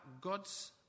God's